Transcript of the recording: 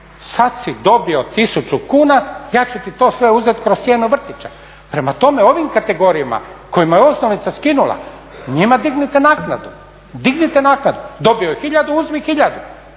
sada si dobio tisuću kuna ja ću ti sve to uzeti kroz cijenu vrtića. Prema tome ovim kategorijama kojima je osnovica skinula njima dignite naknadu. Dobio je tisuću uzmi tisuću,